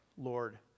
Lord